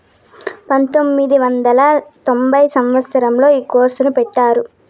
పంతొమ్మిది వందల తొంభై సంవచ్చరంలో ఈ కోర్సును పెట్టినారు